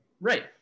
Right